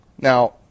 Now